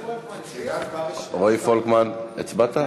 רועי פולקמן, הצבעת?